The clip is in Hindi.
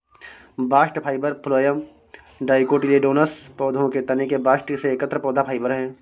बास्ट फाइबर फ्लोएम डाइकोटिलेडोनस पौधों के तने के बास्ट से एकत्र पौधा फाइबर है